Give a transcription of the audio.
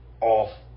off